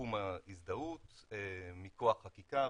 בתחום ההזדהות מכח חקיקה,